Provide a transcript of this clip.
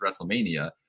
WrestleMania